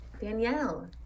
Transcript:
Danielle